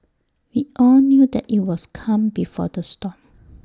we all knew that IT was calm before the storm